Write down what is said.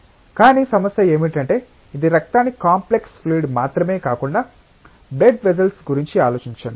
కానీ సమస్య ఏమిటంటే ఇది రక్తాన్ని కాంప్లెక్స్ ఫ్లూయిడ్ మాత్రమే కాకుండా బ్లడ్ వెస్సెల్స్ గురించి ఆలోచించండి